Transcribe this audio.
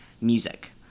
music